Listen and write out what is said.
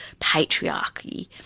patriarchy